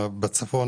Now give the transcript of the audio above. בצפון,